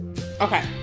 Okay